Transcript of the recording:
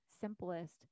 simplest